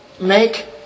Make